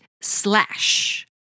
Slash